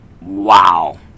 Wow